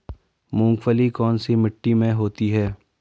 मूंगफली कौन सी मिट्टी में होती है?